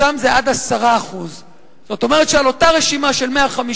שם זה עד 10%. זאת אומרת שעל אותה רשימה של 150,